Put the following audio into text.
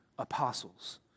apostles